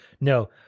no